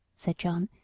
said john,